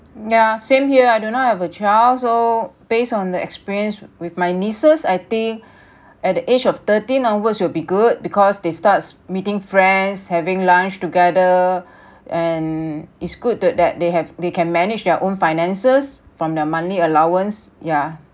yeah same here I do not have a child so based on the experience with my nieces I think at the age of thirteen onwards it will be good because they start meeting friends having lunch together and it's good to that they have they can manage their own finances from their monthly allowance ya